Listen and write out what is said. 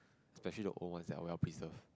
especially the old ones that are well preserved